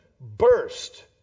burst